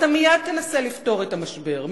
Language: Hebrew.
ואתה מייד תנסה לפתור את המשבר,